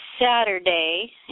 Saturday